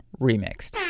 Remixed